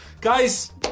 guys